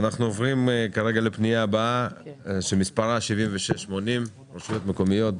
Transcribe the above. אנחנו עוברים לפנייה מספר 76-80: רשויות מקומיות.